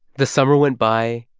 the summer went by.